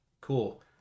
cool